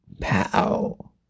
Pow